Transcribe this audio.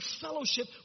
fellowship